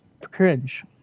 cringe